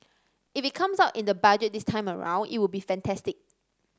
if it comes out in the Budget this time around it would be fantastic